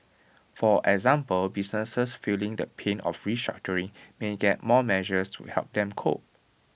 for example businesses feeling the pain of restructuring may get more measures to help them cope